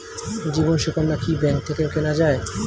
জীবন সুকন্যা কি ব্যাংক থেকে কেনা যায়?